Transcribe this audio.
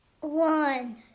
one